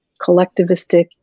collectivistic